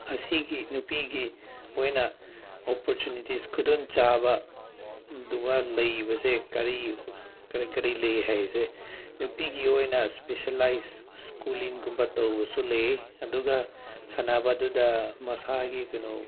ꯑꯁꯤꯒꯤ ꯅꯨꯄꯤꯒꯤ ꯑꯣꯏꯅ ꯑꯣꯄꯣꯔꯆꯨꯅꯤꯇꯤꯁ ꯈꯨꯗꯣꯡ ꯆꯥꯕꯗꯨ ꯑꯃ ꯂꯩꯕꯁꯦ ꯀꯔꯤ ꯀꯔꯤ ꯀꯔꯤ ꯂꯩ ꯍꯥꯏꯁꯦ ꯅꯨꯄꯤꯒꯤ ꯑꯣꯏꯅ ꯏꯁꯄꯦꯁꯤꯜꯂꯥꯏꯖ ꯁ꯭ꯀꯨꯂꯤꯡꯒꯨꯝꯕ ꯇꯧꯕꯁꯨ ꯂꯩ ꯑꯗꯨꯒ ꯁꯥꯟꯅꯕꯗꯨꯗ ꯃꯁꯥꯒꯤ ꯀꯩꯅꯣ